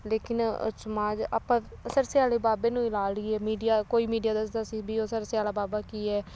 ਲੇਕਿਨ ਅ ਸਮਾਜ ਆਪਾਂ ਸਰਸੇ ਵਾਲੇ ਬਾਬੇ ਨੂੰ ਲਾ ਲਈਏ ਮੀਡੀਆ ਕੋਈ ਮੀਡੀਆ ਦੱਸਦਾ ਸੀ ਵੀ ਉਹ ਸਰਸੇ ਵਾਲਾ ਬਾਬਾ ਕੀ ਹੈ